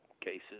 cases